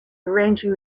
arranging